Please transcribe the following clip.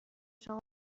شما